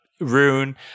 Rune